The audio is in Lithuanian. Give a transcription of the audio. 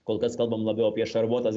kol kas kalbam labiau apie šarvuotas